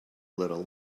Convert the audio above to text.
little